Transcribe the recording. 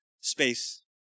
space